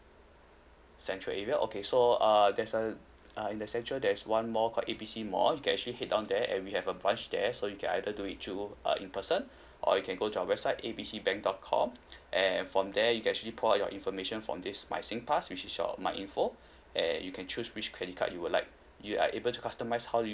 central area okay so err there's a uh in the central there's one mall call A B C mall you can actually head down there and we have a branch there so you can either do it through uh in person or you can go to our website A B C bank dot com and from there you actually pull out your information from this my Singpass which is your Myinfo eh you can choose which credit card you will like you are able to customise how you